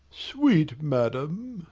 sweet madam